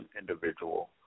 individual